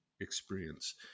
experience